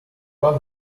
one